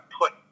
put